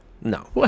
no